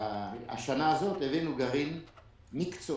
השנה הזאת העלינו גרעין מקצועי,